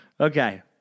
Okay